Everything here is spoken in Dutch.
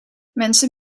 mensen